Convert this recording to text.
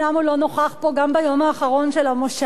אומנם הוא לא נוכח פה גם ביום האחרון של המושב,